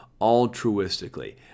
altruistically